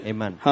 Amen